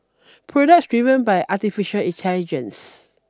products driven by artificial intelligence